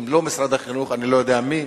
אם לא משרד החינוך, אני לא יודע מי.